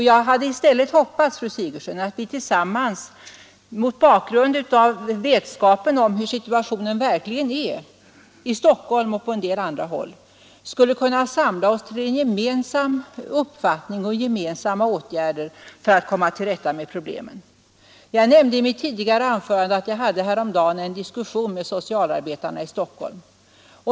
Jag hade hoppats, fru Sigurdsen, att vi tillsammans — mot bakgrund av vetskapen om hur situationen verkligen är i Stockholm och på en del andra håll — skulle kunna samla oss till en gemensam uppfattning och till gemensamma åtgärder för att komma till rätta med problemen. I mitt tidigare anförande nämnde jag att jag häromdagen hade en diskussion med socialarbetarna i Stockholm.